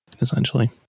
Essentially